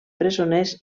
presoners